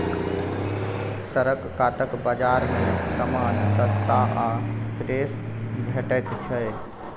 सड़क कातक बजार मे समान सस्ता आ फ्रेश भेटैत छै